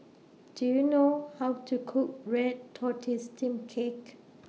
Do YOU know How to Cook Red Tortoise Steamed Cake